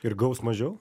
ir gaus mažiau